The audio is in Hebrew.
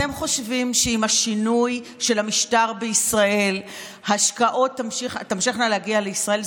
אתם חושבים שעם השינוי של המשטר בישראל ההשקעות תמשכנה להגיע לישראל?